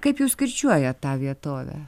kaip jūs kirčiuojat tą vietovę